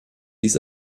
dies